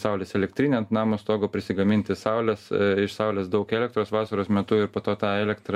saulės elektrinę ant namo stogo prisigaminti saulės iš saulės daug elektros vasaros metu ir po to tą elektrą